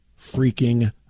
freaking